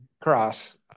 cross